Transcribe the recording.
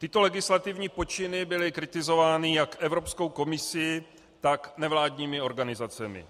Tyto legislativní počiny byly kritizovány jak Evropskou komisí, tak nevládními organizacemi.